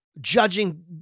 judging